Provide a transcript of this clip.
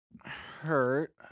hurt